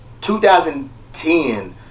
2010